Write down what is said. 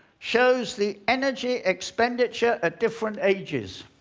shows the energy expenditure at different ages.